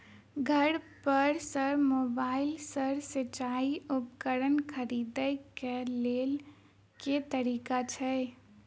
घर पर सऽ मोबाइल सऽ सिचाई उपकरण खरीदे केँ लेल केँ तरीका छैय?